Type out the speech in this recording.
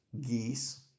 geese